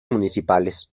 municipales